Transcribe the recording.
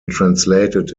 translated